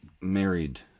married